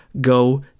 go